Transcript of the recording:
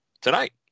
tonight